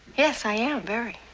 yes, i am, very.